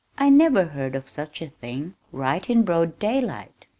i never heard of such a thing right in broad daylight!